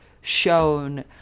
shown